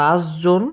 পাঁচ জুন